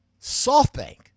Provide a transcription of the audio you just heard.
SoftBank